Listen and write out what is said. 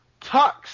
Tux